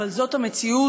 אבל זאת המציאות,